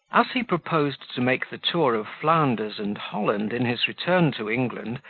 as he proposed to make the tour of flanders and holland in his return to england,